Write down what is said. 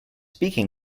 speaking